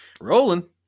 Rolling